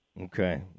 Okay